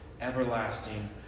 everlasting